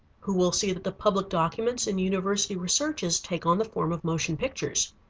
who will see that the public documents and university researches take on the form of motion pictures?